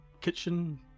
kitchen